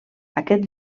aquest